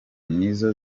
nizo